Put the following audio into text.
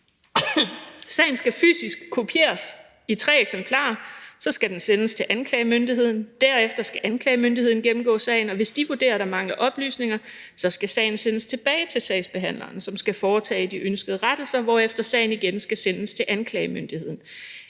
Sagen skal fysisk kopieres i tre eksemplarer, og så skal den sendes til anklagemyndigheden. Derefter skal anklagemyndigheden gennemgå sagen, og hvis de vurderer, at der mangler oplysninger, så skal sagen sendes tilbage til sagsbehandleren, som skal foretage de ønskede rettelser, hvorefter sagen igen skal sendes til anklagemyndigheden.